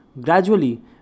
Gradually